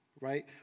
right